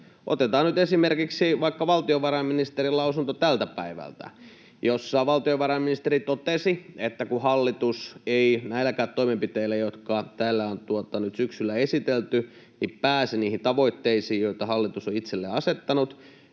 Otetaan nyt esimerkiksi vaikka valtiovarainministerin lausunto tältä päivältä, jossa valtiovarainministeri totesi, että kun hallitus ei näilläkään toimenpiteillä, jotka täällä on nyt syksyllä esitelty, pääse niihin tavoitteisiin, joita hallitus on itselleen asettanut,